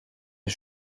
est